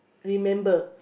remember